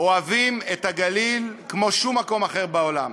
אוהבים את הגליל כמו שלא אוהבים שום מקום אחר בעולם.